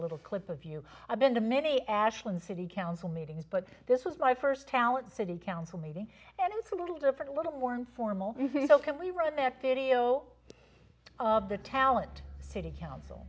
little clip of you i've been to many ashland city council meetings but this was my st talent city council meeting and it's a little different a little more informal so can we run that video of the talent city council